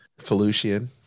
felucian